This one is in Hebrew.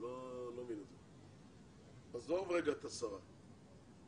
עזוב רגע את השרה.